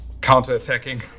counter-attacking